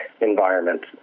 environment